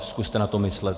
Zkuste na to myslet.